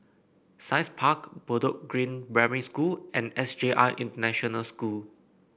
Science Park Bedok Green Primary School and S J I International School